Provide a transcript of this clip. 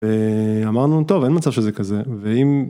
אמרנו טוב אין מצב שזה כזה ואם...